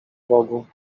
bogu